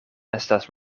estas